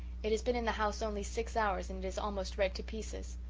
it has been in the house only six hours and it is almost read to pieces.